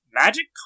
magic